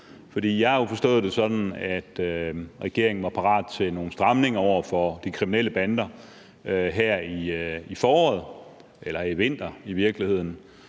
har forstået det sådan, at regeringen var parat til nogle stramninger over for de kriminelle bander her i foråret, eller i vinter i virkeligheden,